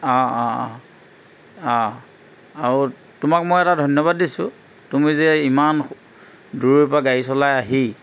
অঁ অঁ অঁ আৰু তোমাক মই এটা ধন্যবাদ দিছোঁ তুমি যে ইমান দূৰৰপৰা গাড়ী চলাই আহি